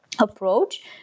approach